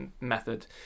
method